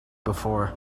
before